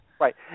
Right